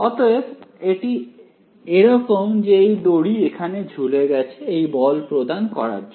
অতএব এটি এরকম যে এই দড়ি এখানে ঝুলে গেছে এই বল প্রদান করার জন্য